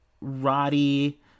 Roddy